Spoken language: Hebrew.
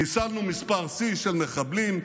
חיסלנו מספר שיא של מחבלים,